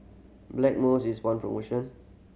Blackmores is bong promotion